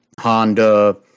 Honda